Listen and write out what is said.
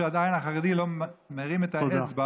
שעדיין החרדי לא מרים את האצבע